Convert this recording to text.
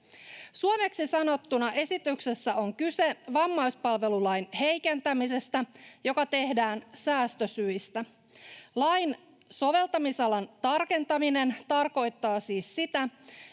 Suomeksi sanottuna esityksessä on kyse vammaispalvelulain heikentämisestä, joka tehdään säästösyistä. Lain soveltamisalan tarkentaminen tarkoittaa siis sitä,